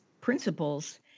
principles